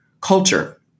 culture